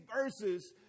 verses